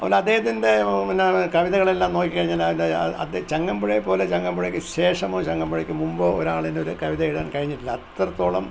അതുപോലെ അദ്ദേഹത്തിൻ്റെ പിന്നെ കവിതകളെല്ലാം നോക്കി കഴിഞ്ഞാൽ ആ അത് ചങ്ങമ്പുഴയെ പോലെ ചങ്ങമ്പുഴയ്ക്ക് ശേഷമോ ചങ്ങമ്പുഴയ്ക്കു മുമ്പോ ഒരാളിന് ഒരു കവിത എഴുതാൻ കഴിഞ്ഞിട്ടില്ല അത്രത്തോളം